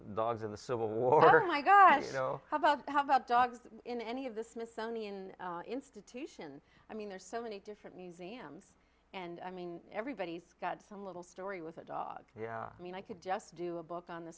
know dogs in the civil war my gosh how about how about dogs in any of the smithsonian institution i mean there's so many different museums and i mean everybody's got some little story with a dog yeah i mean i could just do a book on the